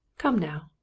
come, now?